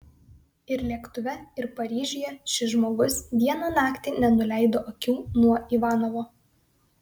ir lėktuve ir paryžiuje šis žmogus dieną naktį nenuleido akių nuo ivanovo